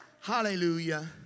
Hallelujah